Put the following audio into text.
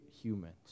humans